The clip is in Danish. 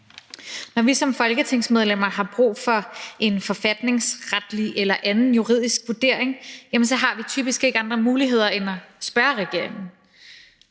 Når vi som folketingsmedlemmer har brug for en forfatningsretlig eller anden juridisk vurdering, har vi typisk ikke andre muligheder end at spørge regeringen.